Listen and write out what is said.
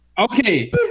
Okay